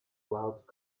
clouds